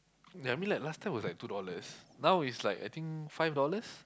I mean like last time was like two dollars now is like I think five dollars